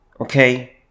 Okay